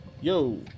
Yo